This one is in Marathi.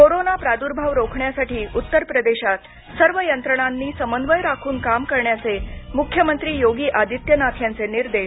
कोरोना प्रद्भाव रोखण्यासाठी उत्तर प्रदेशात सर्व यंत्रणांनी समन्वय राखून काम करण्याचे मुख्यमंत्री योगी आदित्यनाथ यांचे निर्देश